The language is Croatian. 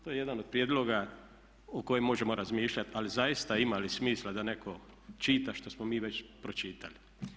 To je jedan od prijedloga o kojem možemo razmišljati, ali zaista ima li smisla da netko čita što smo mi već pročitali?